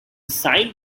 signed